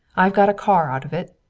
i've got a car out of it,